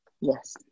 Yes